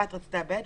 הבת רצתה ב',